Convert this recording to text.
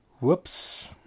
Whoops